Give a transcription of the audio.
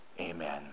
Amen